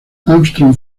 armstrong